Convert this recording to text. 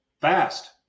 fast